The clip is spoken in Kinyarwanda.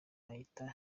ahita